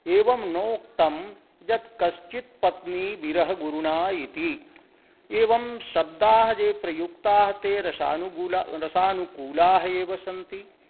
एवं नोक्तं यत् कश्चित् पत्नीविरहगुरुणा इति एवं शब्दाः ये प्रयुक्ताः ते रसानुकूलाः रसानुकूलाः एव सन्ति